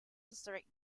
historic